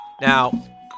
Now